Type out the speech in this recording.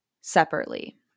separately